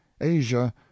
Asia